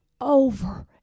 over